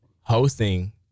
hosting